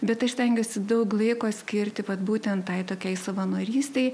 bet aš stengiuosi daug laiko skirti vat būtent tai tokiai savanorystei